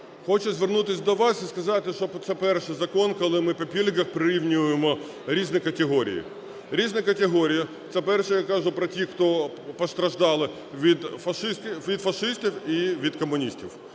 хочу звернутися до вас і сказати, що це перший закон, коли ми по пільгах прирівнюємо різні категорії. Різні категорії - це, вперше, я кажу про тих, хто постраждали від фашистів і від комуністів.